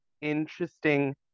interesting